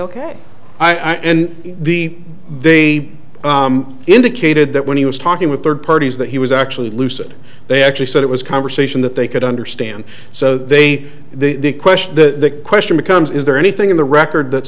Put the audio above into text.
ok i and the they indicated that when he was talking with third parties that he was actually lucid they actually said it was conversation that they could understand so they the question the question becomes is there anything in the record that